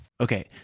Okay